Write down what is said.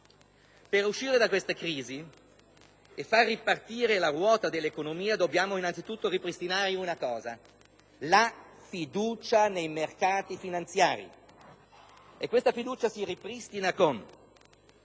Per uscire da questa crisi e far ripartire la ruota dell'economia dobbiamo innanzitutto ripristinare la fiducia nei mercati finanziari, e questa fiducia si ripristina con